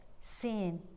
sin